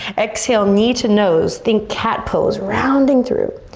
exhale knee to nose, think cat pose rounding through.